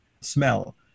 smell